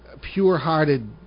pure-hearted